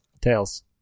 Tails